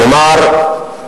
כלומר,